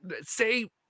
say